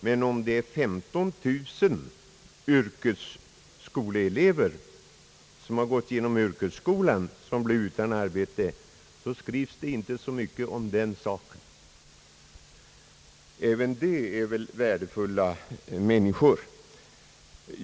Men om det är 15000 ungdomar som har gått igenom yrkesskola och blir utan arbete, skrivs det inte så mycket om den saken. även de är väl värdefulla människor.